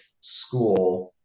school